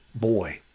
boy